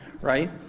right